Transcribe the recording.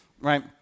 right